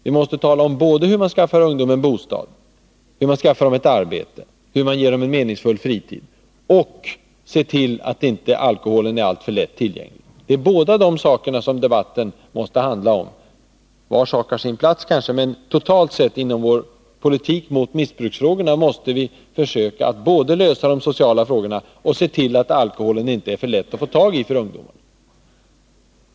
Vi måste dels tala om hur vi skaffar ungdomen bostad och arbete och ger den en meningsfull fritid, dels se till att alkoholen inte är alltför lättillgänglig. Debatten måste handla om båda dessa saker. Var sak har kanske sin plats, men i vår politik mot missbruket måste vi försöka att båda lösa de sociala frågorna och se till att alkoholen inte är för lätt att få tag i för ungdomen.